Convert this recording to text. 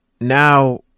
Now